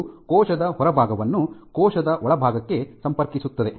ಇದು ಕೋಶದ ಹೊರಭಾಗವನ್ನು ಕೋಶದ ಒಳಭಾಗಕ್ಕೆ ಸಂಪರ್ಕಿಸುತ್ತದೆ